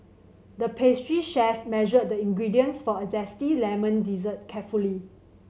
the pastry chef measured the ingredients for a zesty lemon dessert carefully